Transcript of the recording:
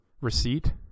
receipt